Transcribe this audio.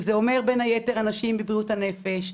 שזה אומר בין היתר אנשים בבריאות הנפש,